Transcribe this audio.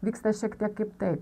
vyksta šiek tiek kiptai